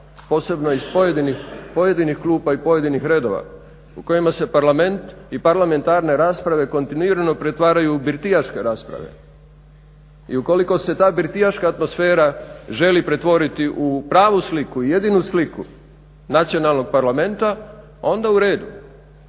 posebno iz pojedinih klupa i pojedinih redova u kojima se Parlament i parlamentarne rasprave kontinuirano pretvaraju u birtijaške rasprave i ukoliko se ta birtijaška atmosfera želi pretvoriti u pravu i jedinu sliku nacionalnog parlamenta, onda uredu.